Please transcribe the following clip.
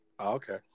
Okay